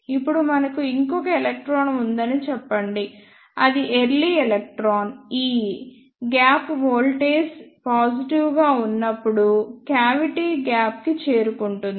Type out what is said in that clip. ఇప్పుడు మనకు ఇంకొక ఎలక్ట్రాన్ ఉందని చెప్పండి అది early electron ee gap voltage positive గా ఉన్నప్పుడు క్యావిటీ గ్యాప్ కి చేరుకుంటుంది